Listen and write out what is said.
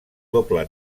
doble